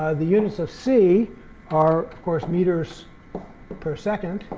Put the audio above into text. the units of c are, of course, meters per second.